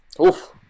Oof